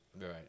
Right